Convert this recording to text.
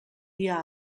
dia